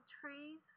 trees